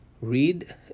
read